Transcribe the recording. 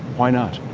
why not?